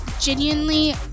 genuinely